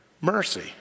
mercy